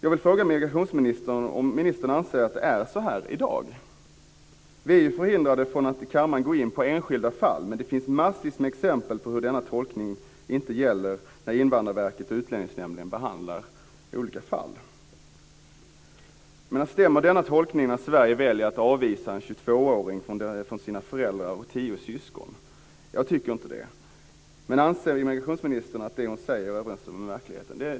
Jag vill fråga migrationsministern om hon anser att det är så i dag. Vi är förhindrade från att i kammaren gå in på enskilda fall, men det finns massvis med exempel på hur denna tolkning inte gäller när Invandrarverket och Utlänningsnämnden behandlar olika fall. Stämmer denna tolkning när Sverige väljer att avvisa en 22-åring från sina föräldrar och tio syskon? Jag tycker inte det. Anser migrationsministern att det hon säger överensstämmer med verkligheten?